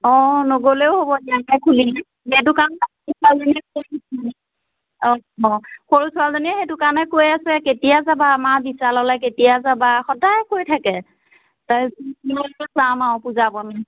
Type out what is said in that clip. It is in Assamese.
সৰু ছোৱালীজনীয়ে সেইটো কৈ আছে কেতিয়া যাবা আমাৰ বিচাললে কেতিয়া যাবা সদায় কৈ থাকে